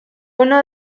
uno